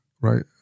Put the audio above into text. right